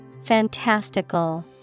Fantastical